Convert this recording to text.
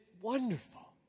Wonderful